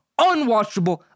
unwatchable